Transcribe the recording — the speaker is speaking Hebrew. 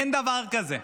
אין דבר כזה.